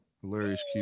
Hilarious